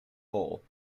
bowl